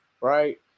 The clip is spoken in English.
right